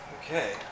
Okay